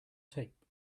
tape